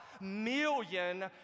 million